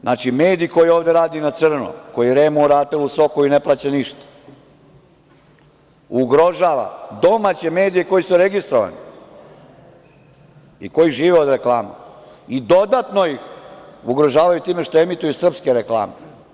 Znači, medij koji ovde radi na crno, koji REM-u, RATEL-u i Sokoju ne plaća ništa, ugrožava domaće medije koji su registrovani i koji žive od reklama i dodatno ih ugrožavaju time što emituju srpske reklame.